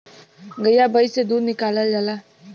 गइया भईस से दूध निकालल जाला